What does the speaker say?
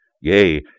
yea